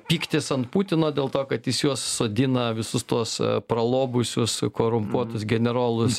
pyktis ant putino dėl to kad jis juos sodina visus tuos pralobusius korumpuotus generolus